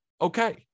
okay